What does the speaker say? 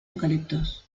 eucaliptos